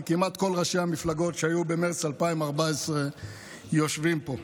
כי כמעט כל ראשי המפלגות שהיו במרץ 2014 יושבים פה,